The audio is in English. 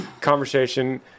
conversation